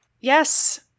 yes